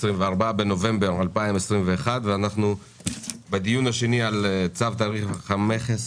ה-24 בנובמבר 2021. אנחנו מנהלים את הדיון השני בנושא צו תעריף המכס